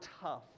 tough